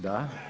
Da.